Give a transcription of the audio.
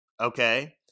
okay